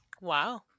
wow